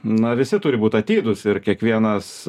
na visi turi būt atidūs ir kiekvienas